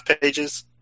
pages